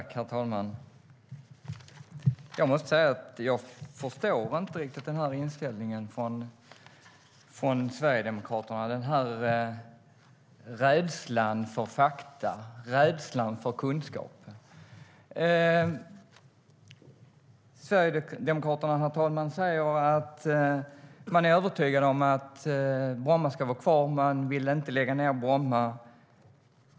Herr talman! Jag måste säga att jag inte riktigt förstår den här inställningen från Sverigedemokraterna - rädslan för fakta, rädslan för kunskap. Sverigedemokraterna säger att man är övertygad om att Bromma ska vara kvar. Man vill inte lägga ned Bromma.